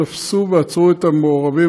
תפסו ועצרו את המעורבים,